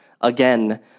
Again